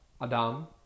Adam